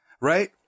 right